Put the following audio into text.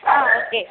ಹಾಂ ಓಕೆ